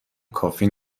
کافی